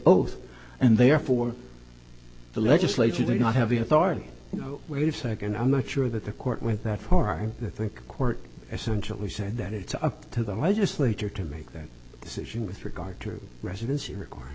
oath and they're for the legislature did not have the authority you know wait a second i'm not sure that the court with that for i think court essentially said that it's up to the legislature to make that decision with regard to residency re